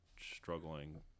struggling